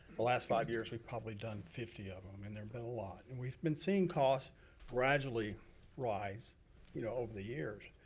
the last five years we've probably done fifty of em, and there've been a lot. and we've been seeing costs gradually rise you know over the years.